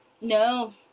No